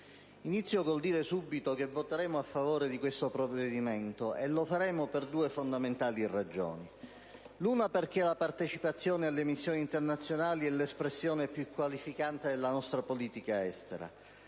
inizio col dire subito che voteremo a favore di questo provvedimento e lo faremo per due fondamentali ragioni. La prima ragione è che la partecipazione alle missioni internazionali è l'espressione più qualificante della nostra politica estera;